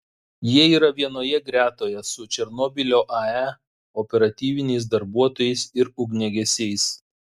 jie yra vienoje gretoje su černobylio ae operatyviniais darbuotojais ir ugniagesiais